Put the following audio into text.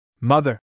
Mother